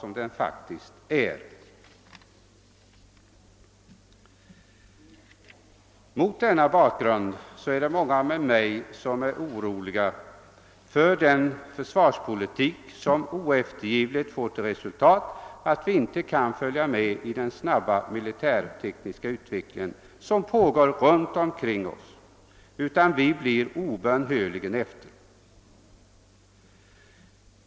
Mot denna bakgrund är många med mig oroliga för den försvarspolitik som oeftergivligt får till resultat att vi inte kan följa med i den snabba militärtekniska utveckling som pågår runt omkring oss utan obönhörligt blir efter.